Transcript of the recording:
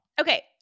okay